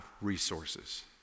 resources